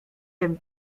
wiem